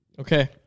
Okay